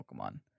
Pokemon